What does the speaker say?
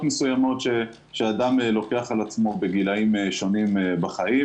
מסוימות שאדם לוקח על עצמו בגילאים שונים בחיים,